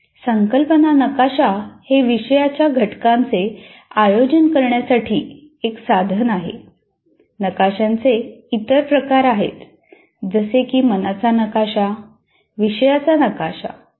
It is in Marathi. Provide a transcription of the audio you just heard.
संकल्पना नकाशा हे विषयाच्या घटकांचे आयोजन करण्यासाठी एक साधन आहे नकाशांचे इतर प्रकार आहेत जसे की मनाचा नकाशा विषयाचा नकाशा इ